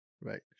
right